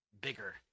bigger